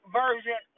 version